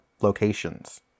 locations